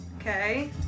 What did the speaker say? Okay